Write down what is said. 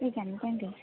ठीक आहे ना थँक्यू